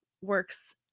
works